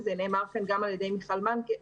וזה נאמר כאן גם על ידי מיכל מנקס,